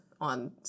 on